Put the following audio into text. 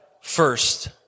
first